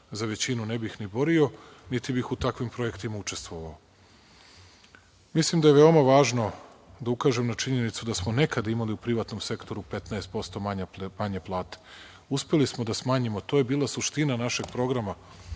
za većinu ne bih ni borio, niti bih u takvim projektima učestvovao. Mislim da je veoma važno da ukažem na činjenicu da smo nekad imali u privatnom sektoru 15% manje plate. Uspeli smo da smanjimo, to je bila suština našeg programa